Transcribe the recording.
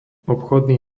obchodný